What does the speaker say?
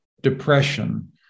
depression